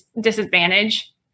disadvantage